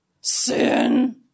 sin